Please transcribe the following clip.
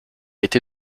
été